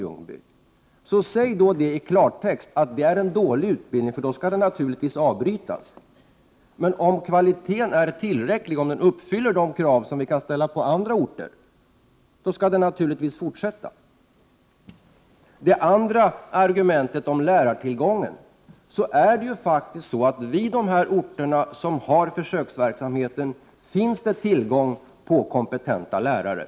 Om så är fallet, säg då i klartext att det är fråga om en dålig utbildning. I så fall skall den naturligtvis avbrytas. Om kvaliteten är tillräckligt god och uppfyller de krav man kan ställa på utbildningen på andra orter, skall den naturligtvis fortsätta. Berit Löfstedts andra argument rörde tillgången på lärare. Men det är faktiskt så att det bevisligen vid de orter som bedriver försöksverksamhet finns tillgång på kompetenta lärare.